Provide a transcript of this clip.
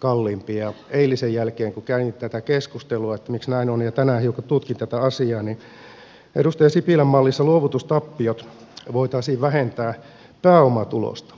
kun eilisen jälkeen kävin tätä keskustelua että miksi näin on ja tänään hiukan tutkin tätä asiaa niin edustaja sipilän mallissa luovutustappiot voitaisiin vähentää pääomatulosta